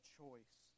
choice